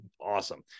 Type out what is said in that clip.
awesome